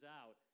out